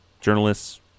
journalists